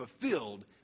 fulfilled